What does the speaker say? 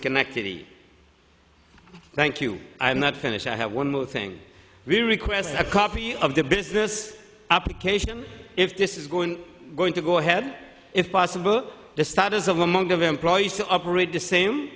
schenectady thank you i'm not finished i have one more thing we request a copy of the business application if this is going going to go ahead if possible the status of among the employees to operate the